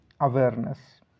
awareness